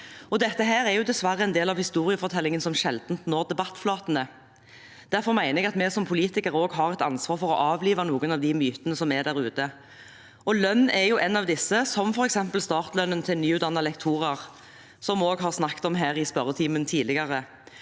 Dette er dessverre en del av historiefortellingen som sjelden når debattflatene. Derfor mener jeg at vi som politikere også har et ansvar for å avlive noen av de mytene som er der ute – og lønn er jo en av disse, som f.eks. startlønnen til nyutdannede lektorer, som vi har snakket om her i spørretimen tidligere.